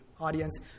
audience